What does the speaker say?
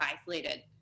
isolated